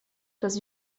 das